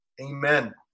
amen